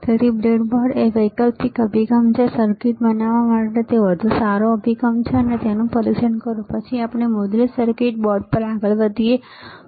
તેથી બ્રેડબોર્ડ એક વૈકલ્પિક અભિગમ છે સર્કિટ બનાવવા માટે વધુ સારો અભિગમ છે અને તેનું પરીક્ષણ કરો અને પછી આપણે મુદ્ધિત સર્કિટ બોર્ડ પર આગળ વધીએ બરાબર